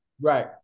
Right